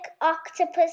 octopus